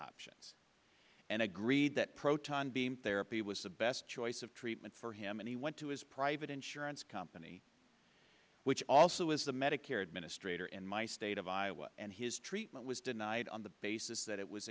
options and agreed that proton beam therapy was the best choice of treatment for him and he went to his private insurance company which also is the medicare administrator in my state of iowa and his treatment was denied on the basis that it was